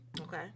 Okay